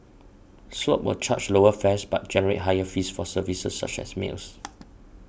swoop will charge lower fares but generate higher fees for services such as meals